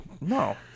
no